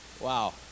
Wow